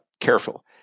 careful